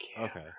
Okay